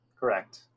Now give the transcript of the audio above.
Correct